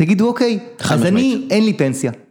תגידו אוקיי, אז אני, אין לי פנסיה.